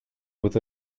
with